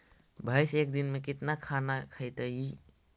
भैंस एक दिन में केतना खाना खैतई?